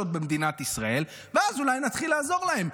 במדינת ישראל ואז אולי נתחיל לעזור להן.